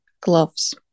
gloves